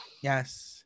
yes